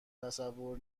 تصور